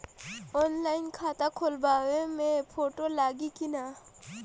Online खाता खोलबाबे मे फोटो लागि कि ना?